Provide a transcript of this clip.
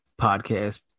podcast